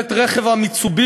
אנחנו נמצאים,